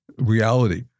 reality